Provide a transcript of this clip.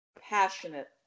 Passionate